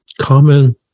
common